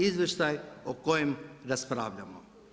Izvještaja o kojem raspravljamo.